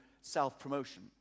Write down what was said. self-promotion